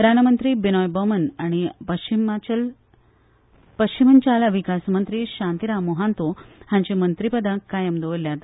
रानमंत्री बिनॉय बर्मन आनी पाच्छीमंचाल विकास मंत्री शांतीराम मोहांतो हांची मंत्रीपदा कायम दवरल्यात